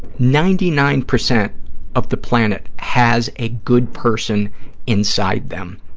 ninety-nine percent of the planet has a good person inside them,